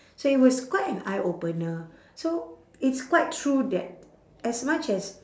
so it was quite an eye opener so it's quite true that as much as